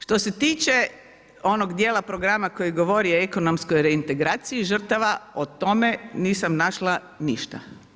Što se tiče onog dijela programa koji je govorio o ekonomskoj reintegraciji žrtava, o tome, nisam našla ništa.